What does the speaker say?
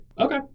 Okay